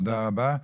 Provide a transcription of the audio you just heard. תודה רבה.